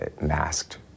masked